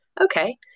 okay